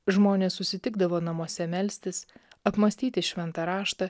žmonės susitikdavo namuose melstis apmąstyti šventą raštą